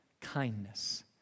kindness